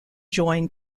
join